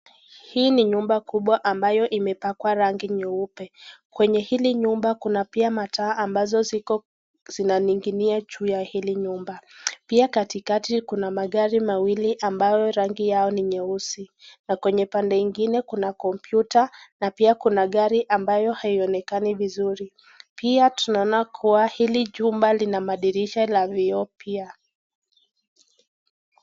Hii ni nyumba kubwa ambayo imepakwa rangi nyeupe, kwenye hili nyumba kuna pia mataa ambazo ziko, zinaninginia juu ya hili nyumba, Pia katikati kuna magari mawili ambayo gari yao ni nyeusi. Na kwenye pande ingine kuna computer na pia kuna gari ambayo haionekani vizuri. Pia tunaona kuwa hili jumba lina madirisha la vioo pia.